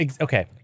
Okay